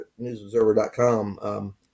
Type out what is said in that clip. newsobserver.com